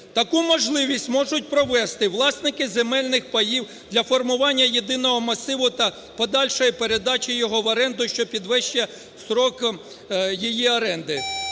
Таку можливість можуть провести власники земельних паїв для формування єдиного масиву та подальшої передачі його в оренду, що підвищить строк її оренди.